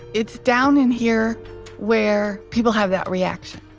it's down in here where people have that reaction.